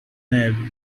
neve